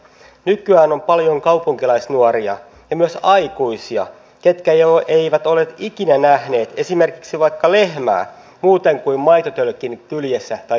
nykyään on paljon kaupunkilaisnuoria ja myös aikuisia jotka eivät ole ikinä nähneet esimerkiksi vaikka lehmää muuten kuin maitotölkin kyljessä tai tvssä